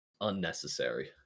unnecessary